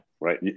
right